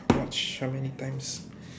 how much how many times